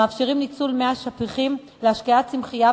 המאפשרים ניצול של מי השפכים להשקיית צמחייה